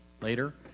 later